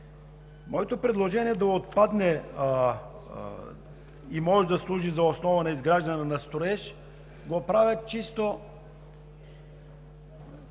Моето предложение e да отпадне „и може да служи за основа на изграждане на строеж“. Правя го чисто